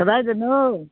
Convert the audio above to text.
ꯀꯗꯥꯏꯗꯅꯣ